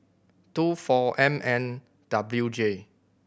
two four M N W J